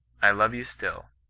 i love you still,